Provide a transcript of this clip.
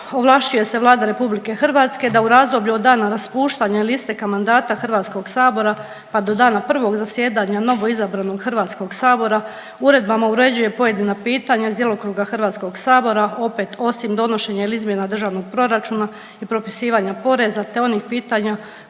ovlašćuje se Vlada RH da u razdoblju od dana raspuštanja ili isteka mandata HS-a pa do dana prvog zasjedanja novoizabranog HS-a uredbama uređuje pojedina pitanja iz djelokruga HS-a opet osim donošenja ili izmjena državnog proračuna i propisivanja poreza te onih pitanja